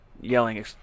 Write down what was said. yelling